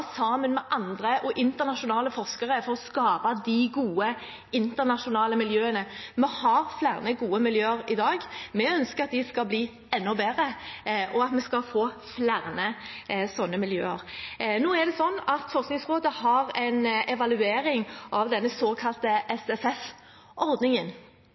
sammen med andre og internasjonale forskere for å skape de gode internasjonale miljøene. Vi har flere gode miljøer i dag. Vi ønsker at de skal bli enda bedre, og at vi skal få flere slike miljøer. Nå er det slik at Forskningsrådet har en evaluering av denne såkalte